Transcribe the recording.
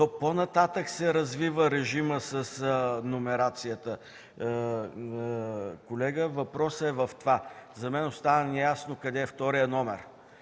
по-нататък се развива режимът с номерацията, колега. Въпросът е в това, че за мен остава неясно къде е вторият номер